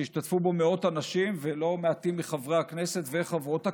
שהשתתפו בו מאות אנשים ולא מעטים מחברי הכנסת וחברות הכנסת.